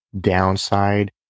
downside